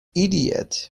idiot